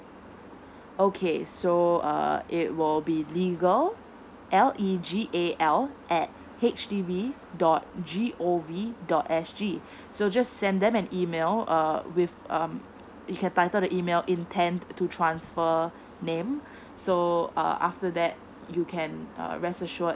okay so uh it will be legal L E G A L at H D B dot G O V dot S G so just send them an email err with um you can title the email intend to transfer name so uh after that you can uh rest assured